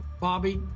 Bobby